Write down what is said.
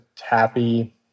happy